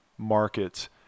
Markets